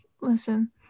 listen